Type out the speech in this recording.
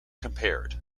compared